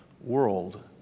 world